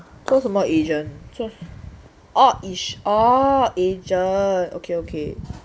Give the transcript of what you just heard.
做什么 agent orh orh agent